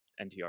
NTR